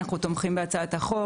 אנחנו תומכים בהצעת החוק.